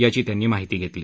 याची त्यांनी माहिती घेतली